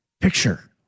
picture